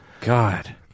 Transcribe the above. God